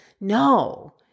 No